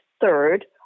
third